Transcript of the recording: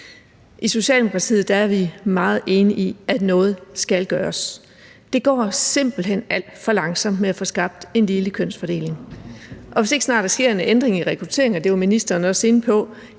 I Socialdemokratiet er vi meget enige i, at noget skal gøres. Det går simpelt hen alt for langsomt med at få skabt en ligelig kønsfordeling, og hvis ikke der snart sker en ændring i rekrutteringen – det var ministeren også inde på